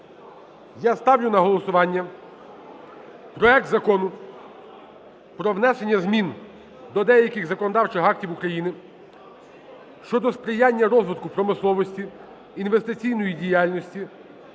я ставлю на голосування проект Закону про внесення змін до деяких законодавчих актів України щодо сприяння розвитку промисловості, інвестиційної діяльності,